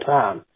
time